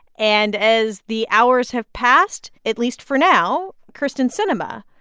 and as the hours have passed, at least for now, kyrsten sinema,